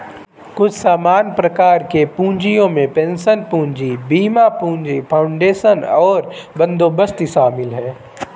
कुछ सामान्य प्रकार के पूँजियो में पेंशन पूंजी, बीमा पूंजी, फाउंडेशन और बंदोबस्ती शामिल हैं